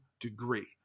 degree